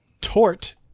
tort